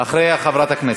אחרי חברת הכנסת.